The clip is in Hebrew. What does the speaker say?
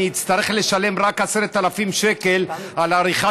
אני אצטרך לשלם 10,000 שקל רק על העריכה